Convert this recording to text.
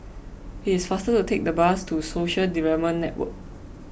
it is faster to take the bus to Social Development Network